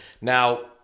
now